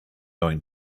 going